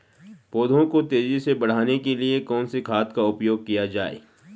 पौधों को तेजी से बढ़ाने के लिए कौन से खाद का उपयोग किया जाए?